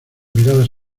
miradas